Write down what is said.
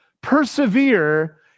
persevere